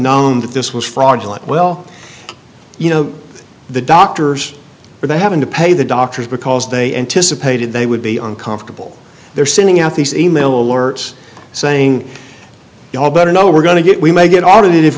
known that this was fraudulent well you know the doctors were they having to pay the doctors because they anticipated they would be uncomfortable they're sending out these e mail alerts saying you know better know we're going to get we may get audited if